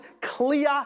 clear